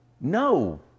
No